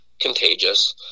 contagious